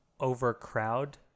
overcrowd